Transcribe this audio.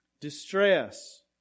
Distress